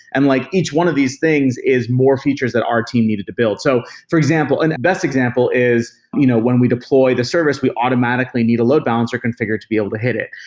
and like each one of these things is more features that our team needed to build. so, for example and the best example is you know when when we deploy the service, we automatically need a load balancer configured to be able to hit it.